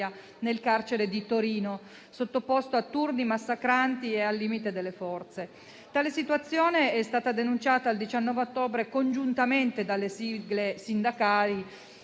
nel carcere di Torino, che, sottoposto a turni massacranti, è al limite delle forze. Tale situazione è stata denunciata il 19 ottobre congiuntamente dalle sigle sindacali